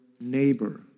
neighbor